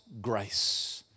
grace